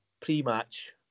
pre-match